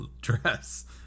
dress